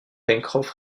pencroff